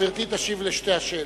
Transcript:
גברתי תשיב על שתי השאלות.